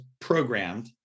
programmed